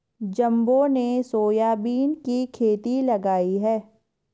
जम्बो ने सोयाबीन की खेती लगाई है